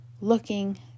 looking